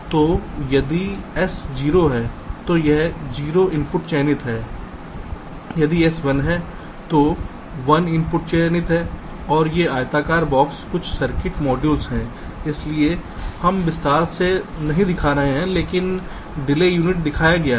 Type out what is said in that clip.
तो यदि s 0 है तो यह 0 इनपुट चयनित है यदि s 1 है तो 1 इनपुट चयनित है और ये आयताकार बॉक्स कुछ सर्किट मॉड्यूल हैं इसलिए हम विस्तार से नहीं दिखा रहे हैं लेकिन डिले यूनिट दिखाया गया है